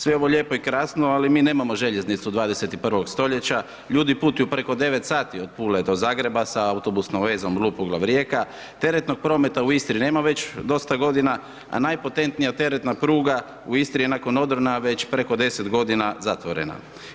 Sve je ovo lijepo i krasno, ali mi nemamo željeznicu 21. stoljeća, ljudi putuju preko 9 sati od Pule do Zagreba sa autobusnom vezom Lupoglav – Rijeka, teretnog prometa u Istri nema već dosta godina, a najpotentnija teretna pruga u Istri je nakon odrona već preko 10 godina zatvorena.